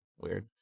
weird